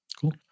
Cool